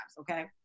Okay